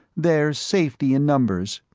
there's safety in numbers,